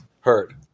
heard